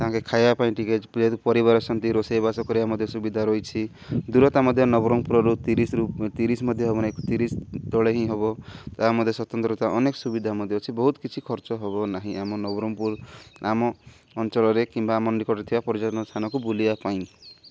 ତାଙ୍କେ ଖାଇବା ପାଇଁ ଟିକେ ଯେହେତୁ ପରିବାର ଆସିଛନ୍ତି ରୋଷେଇବାସ କରିବା ମଧ୍ୟ ସୁବିଧା ରହିଛି ଦୂରତା ମଧ୍ୟ ନବରଙ୍ଗପୁରରୁ ତିରିଶି ରୁ ତିରିଶି ମଧ୍ୟ ହବ ତିରିଶି ତଳେ ହିଁ ହବ ତା ମଧ୍ୟ ସ୍ୱତନ୍ତ୍ରତା ଅନେକ ସୁବିଧା ମଧ୍ୟ ଅଛି ବହୁତ କିଛି ଖର୍ଚ୍ଚ ହବ ନାହିଁ ଆମ ନବରଙ୍ଗପୁର ଆମ ଅଞ୍ଚଳରେ କିମ୍ବା ଆମ ନିକଟରେ ଥିବା ପର୍ଯ୍ୟଟନ ସ୍ଥାନକୁ ବୁଲିବା ପାଇଁ